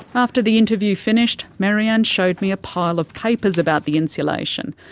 after the interview finished, maryann showed me a pile of papers about the insulation,